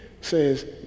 says